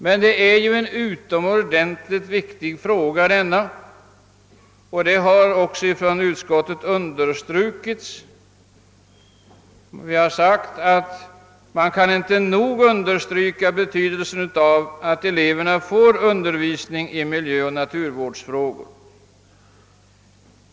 Men detta är ju en utomordentligt viktig sak, och utskottet har också uttalat att man inte nog kan understryka betydelsen av att eleverna får undervisning i miljöoch naturvårdsfrågor.